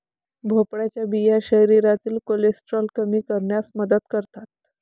भोपळ्याच्या बिया शरीरातील कोलेस्टेरॉल कमी करण्यास मदत करतात